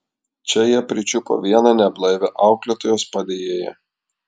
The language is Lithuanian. čia jie pričiupo vieną neblaivią auklėtojos padėjėją